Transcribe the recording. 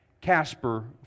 Casper